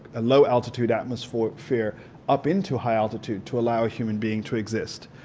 a low altitude atmosphere up into high altitude to allow a human being to exist,